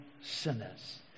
sinners